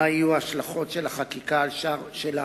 מה יהיו ההשלכות של החקיקה של ההצעה